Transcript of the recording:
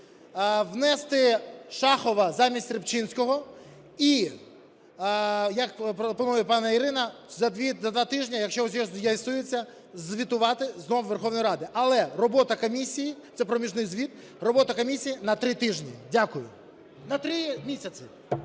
внести Шахова замістьРибчинського, і як пропонує пані Ірина, за два тижні, якщо все з'ясується, звітувати знову в Верховній Раді. Але робота комісії – це проміжний звіт – робота комісії на три тижні. Дякую. На три місяці.